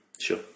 Sure